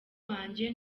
wanjye